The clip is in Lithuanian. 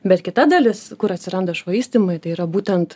bet kita dalis kur atsiranda švaistymai tai yra būtent